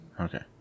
Okay